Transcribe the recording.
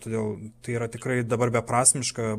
todėl tai yra tikrai dabar beprasmiška